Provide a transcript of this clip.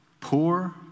poor